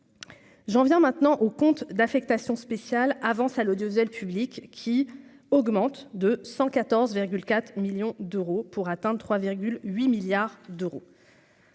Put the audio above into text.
j'en viens maintenant au compte d'affectation spéciale avances à l'audiovisuel public qui augmente de 114,4 millions d'euros pour atteint 3,8 milliards d'euros.